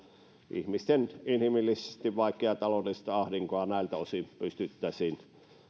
ihmisten inhimillisesti vaikeaa taloudellista ahdinkoa näiltä osin pystyttäisiin